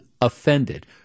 offended